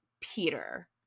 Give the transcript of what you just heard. Peter